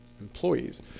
employees